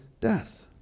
death